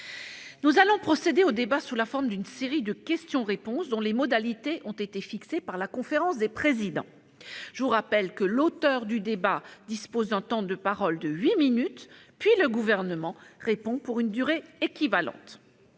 Nous allons procéder au débat sous la forme d'une série de questions-réponses, dont les modalités ont été fixées par la conférence des présidents. Je rappelle que l'auteur de la demande dispose d'un temps de parole de huit minutes, puis que le Gouvernement répond pour une durée équivalente.